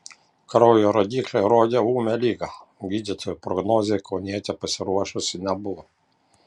kraujo rodikliai rodė ūmią ligą gydytojų prognozei kaunietė pasiruošusi nebuvo